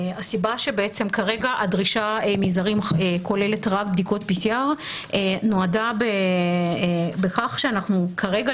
הסיבה שכרגע הדרישה מזרים כוללת רק בדיקות PCR נועדה לכך שאנחנו כרגע,